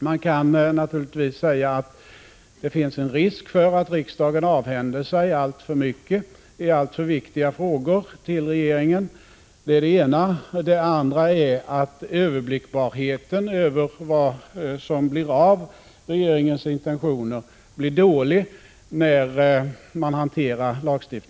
Man kan naturligtvis säga att det finns en risk för att riksdagen — inriktning, m.m. avhänder sig alltför mycket i alltför viktiga frågor till regeringen. Man kan också säga att överblickbarheten över vad som blir av regeringens intentioner blir dålig när lagstiftningen hanteras på detta sätt.